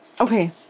Okay